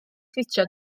ffitio